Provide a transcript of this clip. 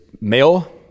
male